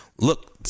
look